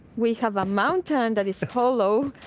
we have a mountain that is hollow.